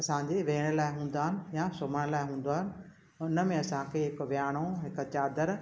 असांजे वेहण लाइ हूंदा आहिनि या सुम्हण लाइ हूंदो आहे उनमें असांखे हिकु विहाणो हिकु चादर